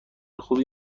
خوبی